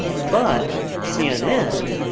but cnn,